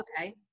Okay